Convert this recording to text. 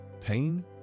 pain